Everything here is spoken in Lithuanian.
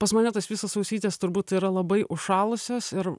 pas mane tas visas ausytės turbūt yra labai užšalusios ir